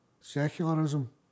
secularism